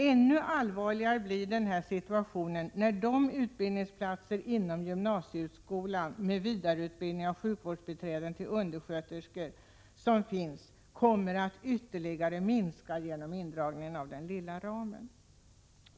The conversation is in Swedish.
Ännu allvarligare blir situationen när antalet utbildningsplatser inom gymnasieskolan med vidareutbildning av sjukvårdsbiträden till undersköterskor kommer att ytterligare minska genom indragningen av den lilla ramen.